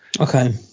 Okay